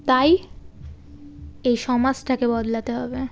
তাই এই সমাজটাকে বদলাতে হবে